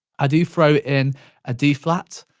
i do throw in a d flat,